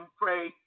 pray